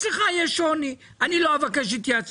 אני לא יכול להתייחס